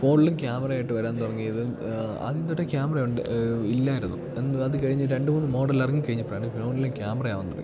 ഫോണിലും ക്യാമറയായിട്ട് വരാൻ തുടങ്ങിയത് ആദ്യം തൊട്ടെ ക്യാമറ ഉണ്ട് ഇല്ലായിരുന്നു അതുകഴിഞ്ഞ് രണ്ട് മൂന്ന് മോഡല് ഇറങ്ങിക്കഴിഞ്ഞപ്പോഴാണ് ഫോണിലും ക്യാമറയാവാൻ തുടങ്ങിയത്